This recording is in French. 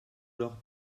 leur